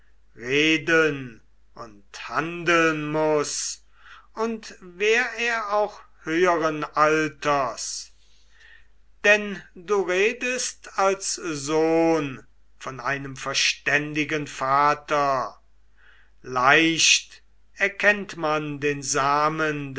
reden und handeln muß und wär er auch höheren alters denn du redest als sohn von einem verständigen vater leicht erkennt man den samen